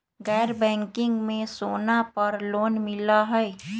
गैर बैंकिंग में सोना पर लोन मिलहई?